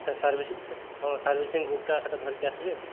ସେ ସର୍ଭିସିଙ୍ଗ୍ ସେ ହଁ ସର୍ଭିସିଙ୍ଗ୍ ବୁକ୍ଟା ସେଇଟା ଧରିକି ଆସିବେ